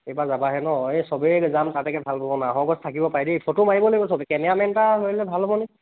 এইবাৰ যাবাহে ন এই চবেই যাম তাকে ভাল পাব নাহৰ গছ থাকিব পাৰে দেই ফটো মাৰিব লাগিব চবে কেমেৰামেন এটা লৈ ল'লে ভাল হ'ব নি